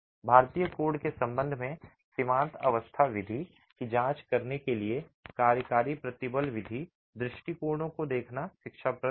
भारतीय कोड के संबंध में सीमांत अवस्था विधि की जांच करने के लिए कार्यकारी प्रतिबल विधि दृष्टिकोणों को देखना शिक्षाप्रद होगा